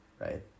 Right